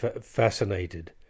fascinated